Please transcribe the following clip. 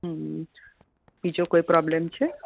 હં બીજો કોઈ પ્રોબ્લેમ છે